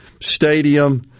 Stadium